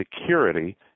security